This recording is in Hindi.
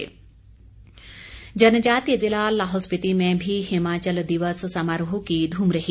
लाहौल दिवस जनजातीय ज़िला लाहौल स्पिति में भी हिमाचल दिवस समारोह की धूम रही